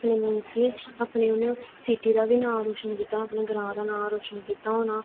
अपने मींस के अपनी उन्न सिटी दा बी नांऽ रोशन कीता अपने ग्रांऽ दा नांऽ रोशन कीता होना